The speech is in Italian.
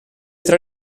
tre